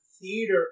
theater